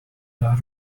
are